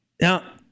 Now